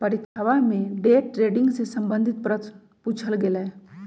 परीक्षवा में day trading से संबंधित प्रश्न पूछल गय लय